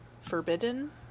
Forbidden